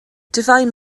devine